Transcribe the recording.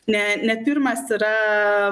ne ne pirmas yra